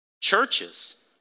Churches